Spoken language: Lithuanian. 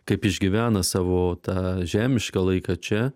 kaip išgyvena savo tą žemišką laiką čia